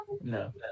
No